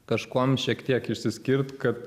kažkuom šiek tiek išsiskirt kad